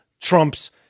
Trump's